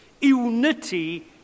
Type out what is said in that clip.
unity